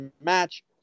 match